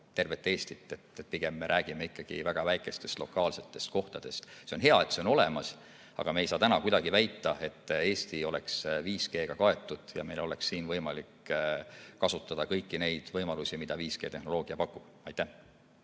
tervet Eestit, pigem me räägime ikkagi väga väikestest lokaalsetest kohtadest. See on hea, et see on olemas, aga me ei saa täna kuidagi väita, et Eesti on 5G-ga kaetud ja meil on võimalik kasutada kõiki neid võimalusi, mida 5G‑tehnoloogia pakub. Aitäh